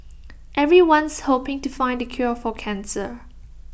everyone's hoping to find the cure for cancer